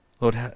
Lord